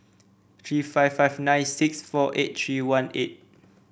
three five five nine six four eight three one eight